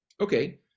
Okay